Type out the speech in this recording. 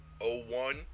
0-1